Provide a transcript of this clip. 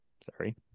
Sorry